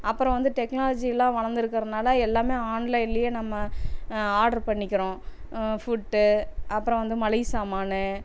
அப்புறம் வந்து டெக்னாலஜிலாம் வளர்ந்துருக்கறனால எல்லாமே ஆன்லைன்லயே நம்ம ஆர்ட்ரு பண்ணிக்கிறோம் ஃபுட்டு அப்புறம் வந்து மளிகை சாமான்